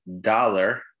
dollar